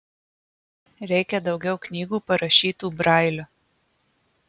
reikia daugiau knygų parašytų brailiu